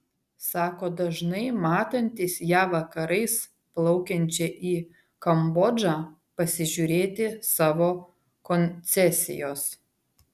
sako dažnai matantis ją vakarais plaukiančią į kambodžą pasižiūrėti savo koncesijos